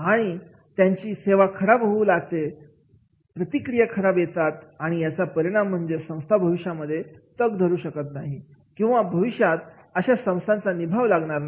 व त्यांची सेवा खराब होऊ लागते प्रतिक्रिया खराब येतात आणि याचा परिणाम म्हणजे संस्था भविष्यामध्ये तग धरू शकत नाही किंवा भविष्यात अशा संस्थांचा निभाव लागत नाही